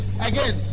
again